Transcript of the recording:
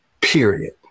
period